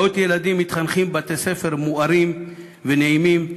מאות ילדים מתחנכים בבתי-ספר מוארים ונעימים,